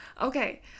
okay